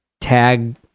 tag